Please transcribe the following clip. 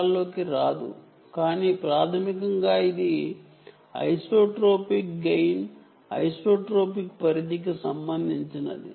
gain గురించి వివరించడం లేదు కానీ ప్రాథమికంగా ఇది ఐసోట్రోపిక్ గెయిన్ పరిధికి సంబంధించినది